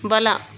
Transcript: ಬಲ